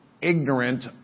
ignorant